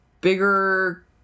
bigger